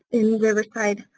in riverside,